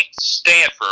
Stanford